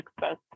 success